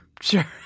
Sure